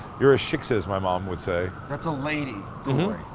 you're a shiksa, as my mom would say. that's a lady goy.